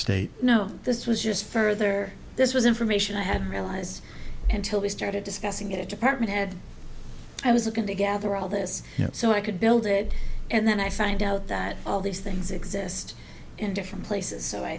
state no this was just further this was information i hadn't realized until we started discussing it department head i was going to gather all this so i could build it and then i find out that all these things exist in different places so i